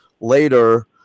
later